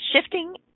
shifting